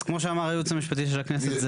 אז כמו שאמר הייעוץ המשפטי של הכנסת,